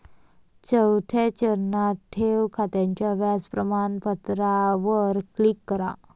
चौथ्या चरणात, ठेव खात्याच्या व्याज प्रमाणपत्रावर क्लिक करा